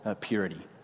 purity